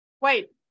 Wait